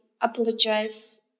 apologize